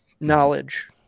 knowledge